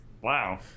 wow